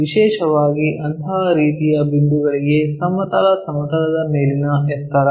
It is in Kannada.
ವಿಶೇಷವಾಗಿ ಅಂತಹ ರೀತಿಯ ಬಿಂದುಗಳಿಗೆ ಸಮತಲ ಸಮತಲದ ಮೇಲಿನ ಎತ್ತರ